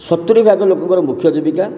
ସତୁରୀ ଭାଗ ଲୋକଙ୍କର ମୁଖ୍ୟ ଜୀବିକା